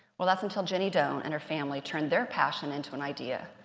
well, that's until jenny doan and her family turned their passion into an idea,